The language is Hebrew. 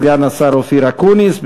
סגן השר אופיר אקוניס,